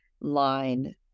line